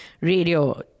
radio